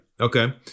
Okay